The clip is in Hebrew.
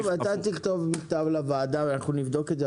תכתוב מכתב לוועדה ואנחנו נבדוק את זה,